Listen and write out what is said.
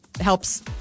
helps